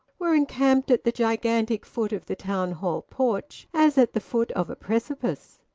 were encamped at the gigantic foot of the town hall porch as at the foot of a precipice.